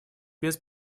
без